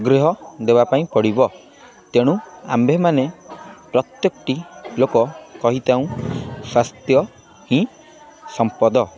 ଆଗ୍ରହ ଦେବା ପାଇଁ ପଡ଼ିବ ତେଣୁ ଆମ୍ଭେମାନେ ପ୍ରତ୍ୟେକଟି ଲୋକ କହିଥାଉଁ ସ୍ୱାସ୍ଥ୍ୟ ହିଁ ସମ୍ପଦ